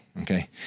okay